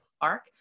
Park